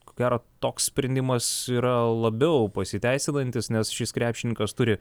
ko gero toks sprendimas yra labiau pasiteisinantis nes šis krepšininkas turi